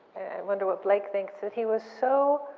wonder what blake thinks, that he was so